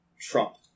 trump